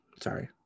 sorry